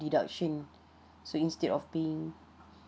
deducttion so instead of paying